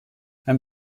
ein